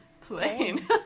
plain